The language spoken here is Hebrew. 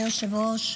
כבוד היושב-ראש,